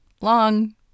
long